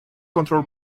control